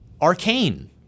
Arcane